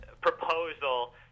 proposal